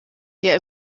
der